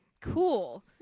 Cool